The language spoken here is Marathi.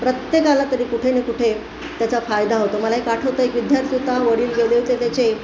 प्रत्येकाला तरी कुठे ना कुठे त्याचा फायदा होतो मला एक आठवतं आहे एक विद्यार्थी ता वडील गेले होते त्याचे